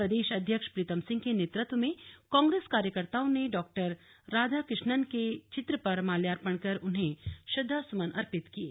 प्रदेश अध्यक्ष प्रीतम सिंह के नेतृत्व में कांग्रेस कार्यकर्ताओं ने डॉ राधाकृष्णनके चित्र पर माल्यार्पण कर उन्हें श्रद्वासुमन अर्पित किये